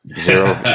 zero